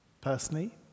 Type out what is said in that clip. Personally